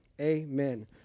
Amen